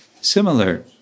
similar